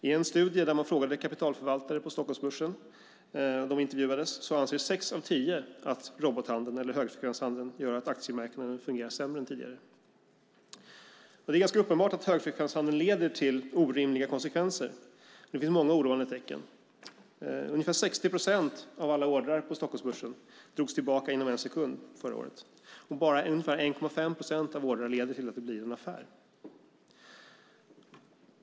I en studie där man frågade kapitalförvaltare på Stockholmsbörsen som intervjuades ansåg sex av tio att robothandeln eller högfrekvenshandeln gör att aktiemarknaden fungerar sämre än tidigare. Det är ganska uppenbart att högfrekvenshandeln leder till orimliga konsekvenser. Det finns många oroande tecken. Ungefär 60 procent av alla ordrar på Stockholmsbörsen förra året drogs tillbaka inom en sekund. Bara ungefär 1,5 procent av alla ordrar leder till att det blir en affär.